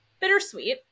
bittersweet